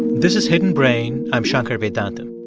this is hidden brain. i'm shankar vedantam.